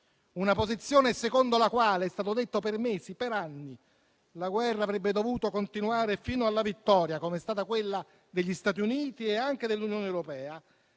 Una posizione secondo la quale è stato detto per mesi, per anni, che la guerra avrebbe dovuto continuare fino alla vittoria come è stata quella degli Stati Uniti e anche dell'Unione europea,